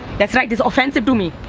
that's right. it's offensive to me.